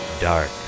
dark